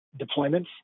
deployments